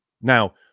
Now